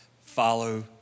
Follow